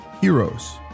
Heroes